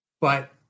But-